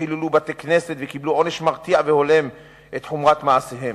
שחיללו בתי-כנסת וקיבלו עונש מרתיע והולם את חומרת מעשיהם.